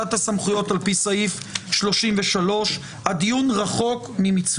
ביקשנו ניתוח של האצלת הסמכויות על פי סעיף 33. הדיון רחוק ממיצוי.